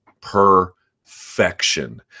perfection